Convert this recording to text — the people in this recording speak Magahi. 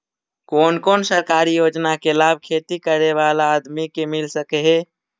कोन कोन सरकारी योजना के लाभ खेती करे बाला आदमी के मिल सके हे?